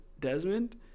Desmond